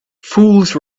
fools